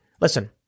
listen